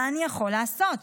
מה אני יכול לעשות?